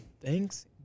Thanks